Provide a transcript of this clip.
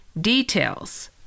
details